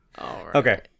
okay